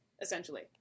Essentially